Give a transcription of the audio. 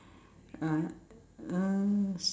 uh uh